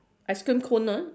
ice cream cone ah